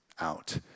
out